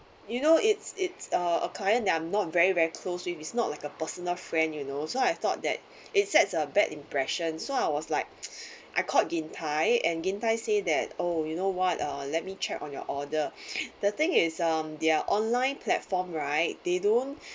you know it's it's uh a client that I'm not very very close with it's not like a personal friend you know so I thought that it sets a bad impression so I was like I called gin thye and gin thye say that oh you know what uh let me check on your order the thing is um their online platform right they don't